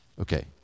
Okay